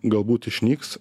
galbūt išnyks